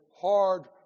hard